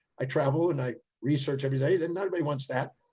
i travel and i research every day, and and nobody wants that,